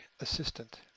assistant